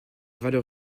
valeur